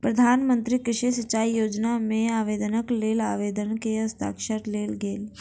प्रधान मंत्री कृषि सिचाई योजना मे आवेदनक लेल आवेदक के हस्ताक्षर लेल गेल